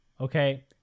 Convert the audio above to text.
Okay